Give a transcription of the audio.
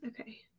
okay